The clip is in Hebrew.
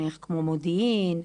כמו למשל מודיעין,